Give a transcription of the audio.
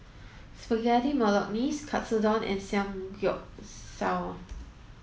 Spaghetti Bolognese Katsudon and Samgyeopsal